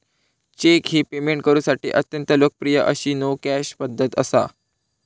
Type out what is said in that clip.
check ही payment करुसाठी अत्यंत लोकप्रिय अशी नो कॅश पध्दत असा